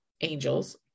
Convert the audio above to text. angels